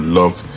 love